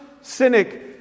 cynic